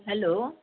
hello